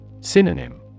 Synonym